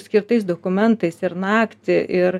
skirtais dokumentais ir naktį ir